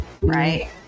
right